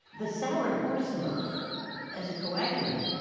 the soured horse milk as a coagulant,